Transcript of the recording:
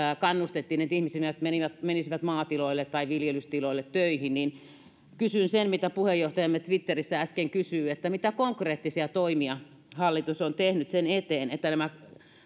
kannustettiin että ihmiset menisivät menisivät maatiloille tai viljelystiloille töihin kysyn sen mitä puheenjohtajamme twitterissä äsken kysyi mitä konkreettisia toimia hallitus on tehnyt sen eteen että nämä